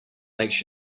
makes